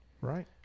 Right